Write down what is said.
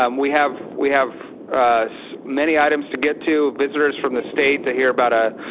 um we have we have many items to get to, visitors from the state to hear about a